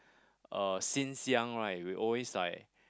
uh since young right we always like